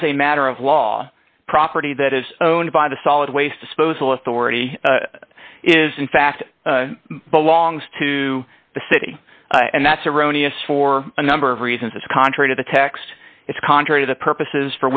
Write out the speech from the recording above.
as a matter of law property that is owned by the solid waste disposal authority is in fact belongs to the city and that's erroneous for a number of reasons it's contrary to the text it's contrary to the purposes